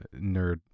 nerd